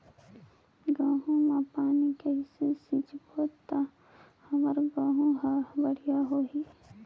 गहूं म पानी कइसे सिंचबो ता हमर गहूं हर बढ़िया होही?